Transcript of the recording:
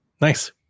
Nice